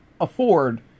afford